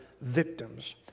victims